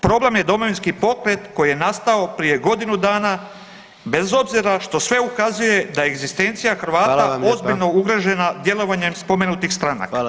Problem je Domovinski pokret koji je nastao prije godinu dana bez obzira što sve ukazuje da je egzistencija Hrvata [[Upadica: Hvala vam lijepa.]] ozbiljno ugrožena djelovanjem spomenutih stranaka.